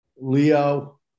Leo